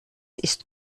ist